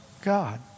God